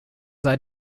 sei